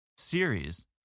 Series